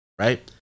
right